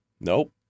nope